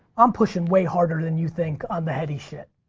i'm pushing way harder than you think on the heady shit.